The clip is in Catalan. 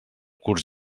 curs